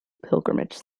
pilgrimage